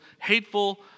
hateful